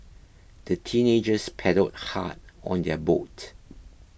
the teenagers paddled hard on their boat